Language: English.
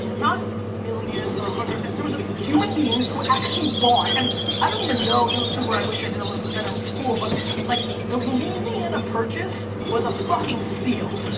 not millions or a hundred, there was a human beings who actually bought, and i don't even know, you know this is where i wish i'd done a little bit better in school, but like the louisiana purchase was a fucking steal.